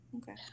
okay